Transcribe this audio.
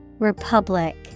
Republic